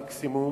מקסימום,